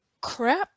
crap